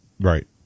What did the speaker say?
Right